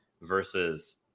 versus